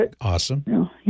Awesome